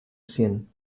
cien